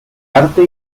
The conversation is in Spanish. arte